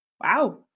Wow